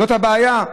זאת הבעיה?